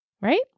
Right